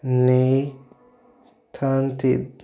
ନେଇଥାଆନ୍ତି